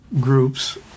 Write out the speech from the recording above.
groups